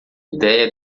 ideia